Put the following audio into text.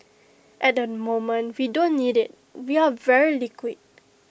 at the moment we don't need IT we are very liquid